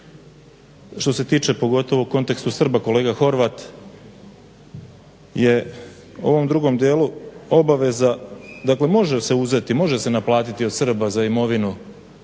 što se tiče pogotovo u kontekstu Srba kolega Horvat je u ovom drugom dijelu obaveza. Dakle, može se uzeti, može se naplatiti od Srba za imovinu